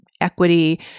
equity